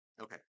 Okay